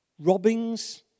robbings